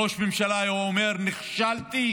ראש הממשלה היה אומר: נכשלתי,